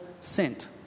sent